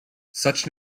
such